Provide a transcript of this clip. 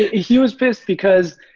he was pissed because,